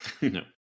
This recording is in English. No